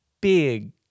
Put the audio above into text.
Big